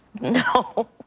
No